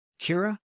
Kira